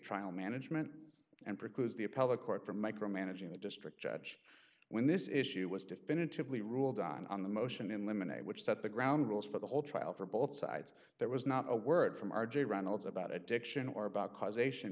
trial management and precludes the appellate court from micromanaging the district judge when this issue was definitively ruled on on the motion in limine a which set the ground rules for the whole trial for both sides there was not a word from r j reynolds about addiction or about causation